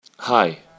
Hi